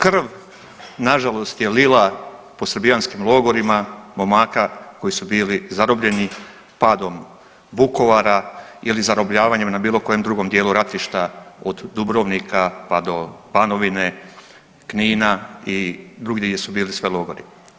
Krv na žalost je lila po srbijanskim logorima, momaka koji su bili zarobljeni padom Vukovara ili zarobljavanjem na bilo kojem drugom dijelu ratišta od Dubrovnika pa do Banovine, Knina i drugdje gdje su bili sve logori.